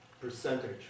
percentage